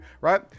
right